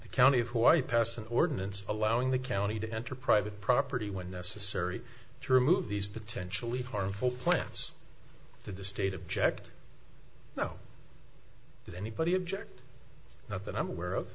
the county of why pass an ordinance allowing the county to enter private property when necessary to remove these potentially harmful plants to the state object now that anybody object not that i'm aware of